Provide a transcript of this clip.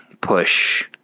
push